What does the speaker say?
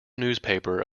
newspaper